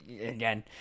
again